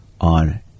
on